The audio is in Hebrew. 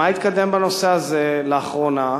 מה התקדם בנושא הזה לאחרונה,